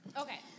Okay